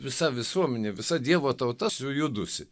visa visuomenė visa dievo tauta sujudusi